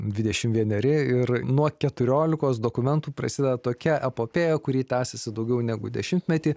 dvidešim vieneri ir nuo keturiolikos dokumentų prasideda tokia epopėja kuri tęsiasi daugiau negu dešimtmetį